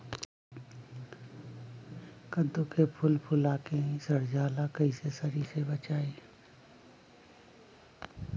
कददु के फूल फुला के ही सर जाला कइसे सरी से बचाई?